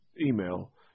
email